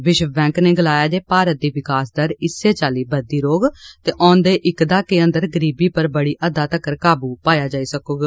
विश्व बैंक नै गलाया जे भारत दी विकास दर इस्सै चाल्ली बघदी रौंह्ग ते औन्दे इक दाह्के अन्दर गरीबी पर बड़ी हदै तगर काबू पाया जाई सकौग